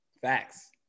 Facts